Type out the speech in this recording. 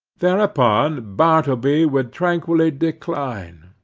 thereupon, bartleby would tranquilly decline,